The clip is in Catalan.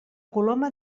coloma